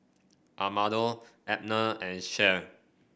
Armando Abner and Cheryll